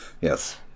Yes